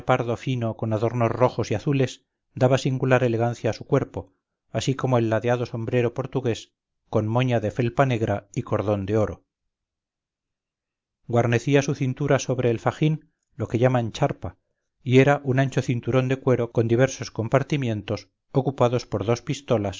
pardo fino con adornos rojos y azules daba singular elegancia a su cuerpo así como el ladeado sombrero portugués con moña de felpa negra y cordón de oro guarnecía su cintura sobre el fajín lo que llamaban charpa y era un ancho cinturón de cuero con diversos compartimientos ocupados por dos pistolas